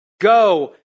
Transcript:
go